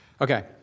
Okay